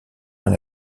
elle